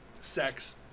sex